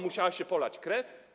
Musiała się polać krew?